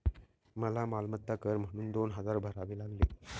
मला मालमत्ता कर म्हणून दोन हजार भरावे लागले